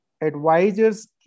advisors